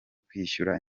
kwishyura